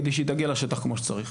כדי שהיא תגיע לשטח כמו שצריך.